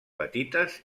petites